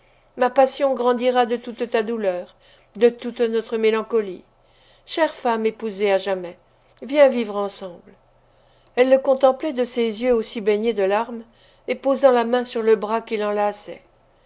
ma passion grandira de toute ta douleur de toute notre mélancolie chère femme épousée à jamais viens vivre ensemble elle le contemplait de ses yeux aussi baignés de larmes et posant la main sur le bras qui